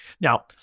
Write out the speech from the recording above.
Now